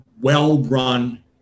well-run